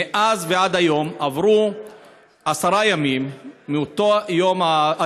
מאז ועד היום עברו עשרה ימים מיום התאונה,